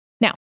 Now